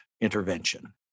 intervention